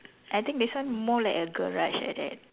I think this one more like a garage like that